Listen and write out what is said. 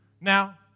Now